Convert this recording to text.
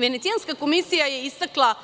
Venecijanska komisija je istakla